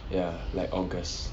ya like august